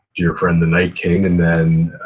dear friend, the knight king and then